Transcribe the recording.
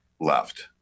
left